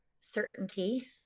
certainty